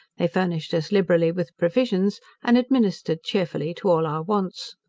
they furnished us liberally with provisions, and administered cheerfully to all our wants.